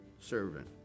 servant